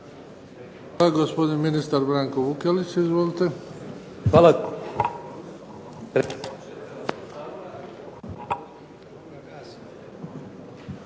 Hvala. Gospodin ministar Branko Vukelić, izvolite.